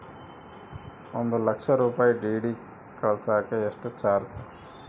ಒಂದು ಲಕ್ಷ ರೂಪಾಯಿ ಡಿ.ಡಿ ಕಳಸಾಕ ಎಷ್ಟು ಚಾರ್ಜ್?